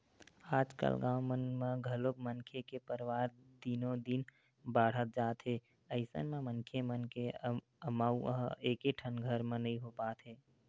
आजकाल गाँव मन म घलोक मनखे के परवार दिनो दिन बाड़हत जात हे अइसन म मनखे मन के अमाउ ह एकेठन घर म नइ हो पात हे